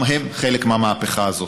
גם הם חלק מהמהפכה הזאת.